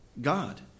God